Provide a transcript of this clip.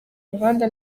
muhanda